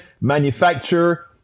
manufacture